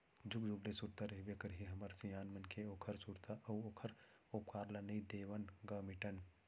जुग जुग ले सुरता रहिबे करही हमर सियान मन के ओखर सुरता अउ ओखर उपकार ल नइ देवन ग मिटन